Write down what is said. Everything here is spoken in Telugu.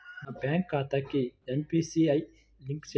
నా బ్యాంక్ ఖాతాకి ఎన్.పీ.సి.ఐ లింక్ చేయాలా?